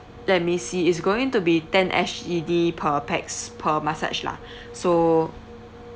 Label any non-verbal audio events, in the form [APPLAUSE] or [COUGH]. let me see it's going to be ten S_G_D per pax per massage lah [BREATH] so